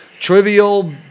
trivial